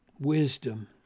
wisdom